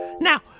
now